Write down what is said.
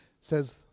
says